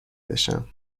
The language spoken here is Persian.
بشم